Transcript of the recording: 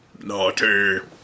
Naughty